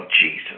Jesus